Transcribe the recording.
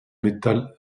metal